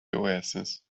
oasis